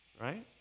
Right